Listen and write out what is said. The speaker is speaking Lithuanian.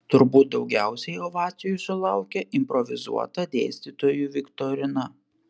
turbūt daugiausiai ovacijų sulaukė improvizuota dėstytojų viktorina